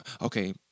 Okay